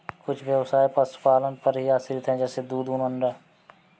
कुछ ब्यवसाय पशुपालन पर ही आश्रित है जैसे दूध, ऊन, अंडा